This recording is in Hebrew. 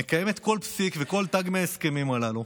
מקיימת כל פסיק וכל תו מההסכמים הללו,